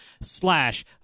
slash